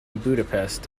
budapest